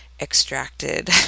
extracted